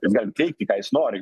jis gali teigti ką jis nori